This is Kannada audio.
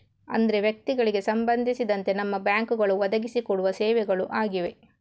ಅಂದ್ರೆ ವ್ಯಕ್ತಿಗಳಿಗೆ ಸಂಬಂಧಿಸಿದಂತೆ ನಮ್ಮ ಬ್ಯಾಂಕುಗಳು ಒದಗಿಸಿ ಕೊಡುವ ಸೇವೆಗಳು ಆಗಿವೆ